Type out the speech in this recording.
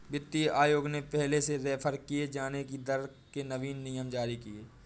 वित्तीय आयोग ने पहले से रेफेर किये जाने की दर के नवीन नियम जारी किए